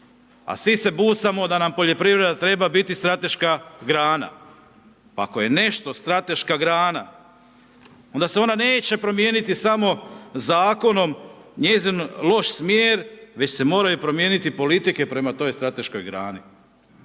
A svi se busamo da nam poljoprivreda treba biti strateška grana. Ako je nešto strateška grana, onda se ona neće promijeniti samo zakonom. Njezin loš smjer, već se moraju promijeniti politike prema toj strateškoj grani.